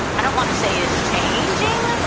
i don't want to say is changing, ah